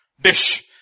dish